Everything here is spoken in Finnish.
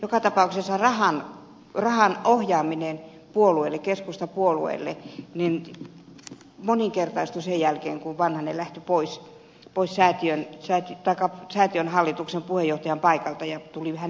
joka tapauksessa rahan ohjaaminen keskustapuolueelle moninkertaistui sen jälkeen kun vanhanen lähti pois säätiön hallituksen puheenjohtajan paikalta ja hänestä tuli ministeri